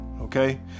okay